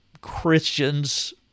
Christians